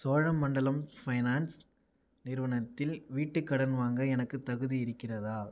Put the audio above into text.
Cholamandalam finance நிறுவனத்தில் வீட்டு கடன் வாங்க எனக்கு தகுதி இருக்கிறதா